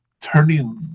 turning